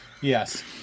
Yes